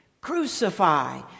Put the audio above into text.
crucify